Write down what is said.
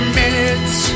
minutes